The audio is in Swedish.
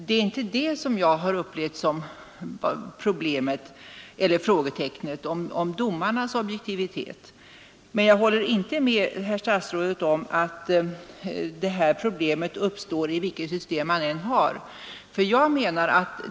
Det är inte domarnas objektivitet jag har upplevt som problem, men jag håller inte med herr statsrådet om att ett sådant problem kan uppstå vilket system vi än har.